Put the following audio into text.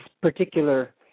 particular